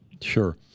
Sure